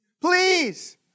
Please